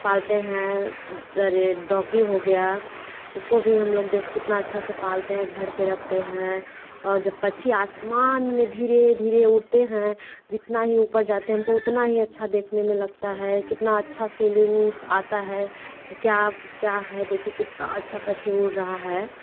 पालते हैं अरे डॉगी हो गया उसको भी हम लोग देख कितना अच्छा से पालते हैं घर पर रखते हैं और जब पक्षी आसमान में धीरे धीरे उड़ते हैं जितना ही ऊपर जाते है उनको उतना ही अच्छा देखने मे लगता है कितना अच्छा फिलिंगस आता है क्या क्या है देखिए कितना अच्छा पक्षी उड़ रहा है